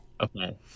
okay